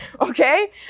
okay